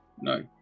No